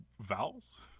vowels